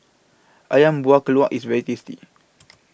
Ayam Buah Keluak IS very tasty